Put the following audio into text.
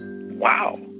wow